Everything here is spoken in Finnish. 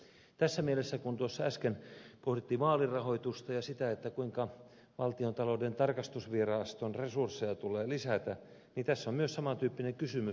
tässä mielessä kun tuossa äsken pohdittiin vaalirahoitusta ja sitä kuinka valtiontalouden tarkastusviraston resursseja tulee lisätä tässä on myös saman tyyppinen kysymys